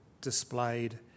displayed